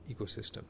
ecosystem